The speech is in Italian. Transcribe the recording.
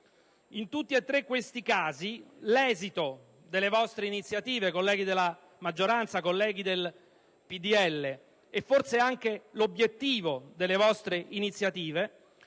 In tutti e tre questi casi, l'esito di queste vostre iniziative - colleghi della maggioranza del PdL - e forse anche l'obiettivo delle vostre iniziative